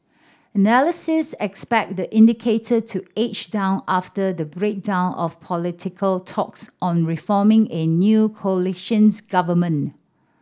analysis expect the indicator to edge down after the breakdown of political talks on reforming a new coalitions government